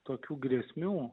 tokių grėsmių